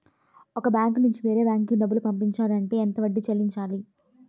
ఒక బ్యాంక్ నుంచి వేరే బ్యాంక్ కి డబ్బులు పంపించాలి అంటే ఎంత వడ్డీ చెల్లించాలి?